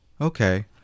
Okay